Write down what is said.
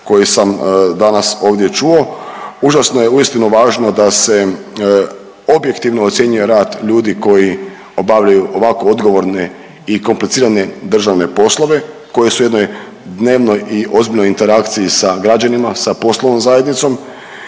koje sam danas ovdje čuo. Užasno je uistinu važno da se objektivno ocjenjuje rad ljudi koji obavljaju ovako odgovorne i komplicirane državne poslove koji su u jednoj dnevnoj i ozbiljnoj interakciji sa građanima, sa poslovnom zajednicom